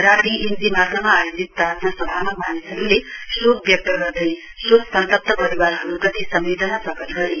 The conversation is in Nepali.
राती एम जी मार्गमा आयोजित प्रार्थना सभामा मानिसहरूले शोक व्यक्त गर्दै शोक सन्तप्त परिवारहरूप्रति सम्वेदना प्रकट गरे